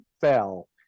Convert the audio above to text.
fell